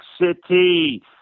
City